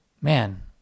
man